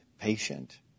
Patient